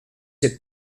cette